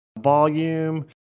volume